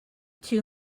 too